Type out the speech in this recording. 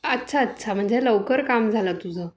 अच्छा अच्छा म्हणजे लवकर काम झालं तुझं